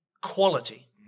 quality